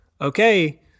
okay